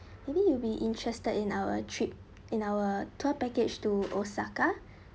maybe you be interested in our trip in our tour package to osaka